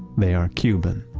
they are cuban,